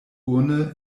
urne